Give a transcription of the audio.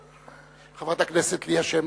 חברת הכנסת ליה שמטוב,